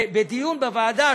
בדיון בוועדה,